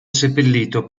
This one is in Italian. seppellito